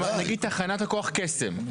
נגיד תחנת הכוח קסם,